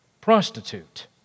prostitute